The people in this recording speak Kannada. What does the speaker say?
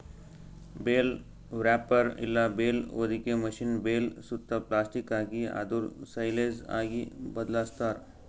ಬೇಲ್ ವ್ರಾಪ್ಪೆರ್ ಇಲ್ಲ ಬೇಲ್ ಹೊದಿಕೆ ಮಷೀನ್ ಬೇಲ್ ಸುತ್ತಾ ಪ್ಲಾಸ್ಟಿಕ್ ಹಾಕಿ ಅದುಕ್ ಸೈಲೇಜ್ ಆಗಿ ಬದ್ಲಾಸ್ತಾರ್